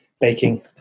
baking